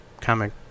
comic